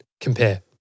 compare